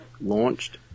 launched